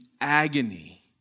agony